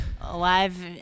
alive